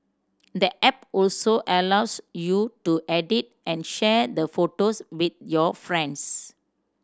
the app also allows you to edit and share the photos with your friends